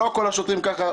לא כל השוטרים כך.